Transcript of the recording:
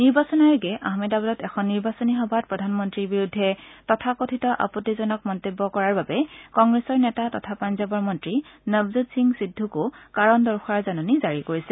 নিৰ্বাচন আয়োগে আহমেদাবাদত এখন নিৰ্বাচনী সভাত প্ৰধানমন্ত্ৰীৰ বিৰুদ্ধে তথাকথিত আপত্তিজনক মন্তব্য কৰাৰ বাবে কংগ্ৰেছৰ নেতা তথা পাঞ্জাৱৰ মন্ত্ৰী নৱজ্যোৎ সিং সিদ্ধুকো কাৰণ দৰ্শেৱাৰ জাননী জাৰি কৰিছে